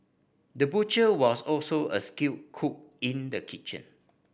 the butcher was also a skilled cook in the kitchen